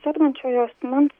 sergančiojo asmens